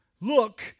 look